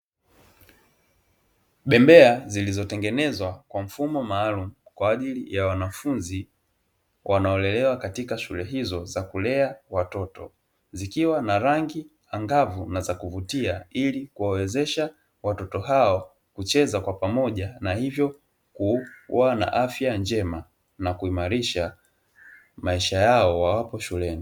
Bebea zlizotengenezwa kwa mfumo maalumu kwa ajili ya wanafunzi wanaolelewa katika shule hizo za kulea watoto, zikiwa na rangi angavu na za kuvutia ili kuwawezesha watoto hao kucheza kwa pamoja, na hivyo kuwa na afya njema na kuimarisha maisha yao wawapo shuleni.